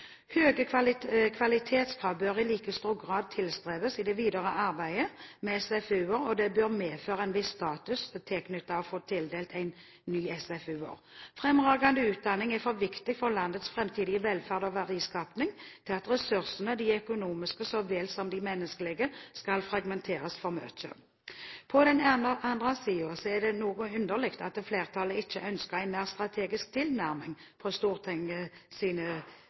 kvalitetskrav bør i like stor grad tilstrebes i det videre arbeidet med SFU-er, og det bør medføre en viss status å få tildelt en ny SFU-er. Fremragende utdanning er for viktig for landets framtidige velferd og verdiskaping til at ressursene – de økonomiske så vel som de menneskelige – skal fragmenteres for mye. På den annen side er det noe underlig at flertallet ikke ønsker en mer strategisk tilnærming fra